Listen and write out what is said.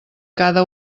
cada